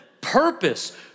purpose